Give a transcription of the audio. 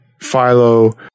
Philo